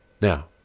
Now